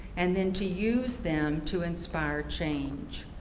and then to use them to inspire change.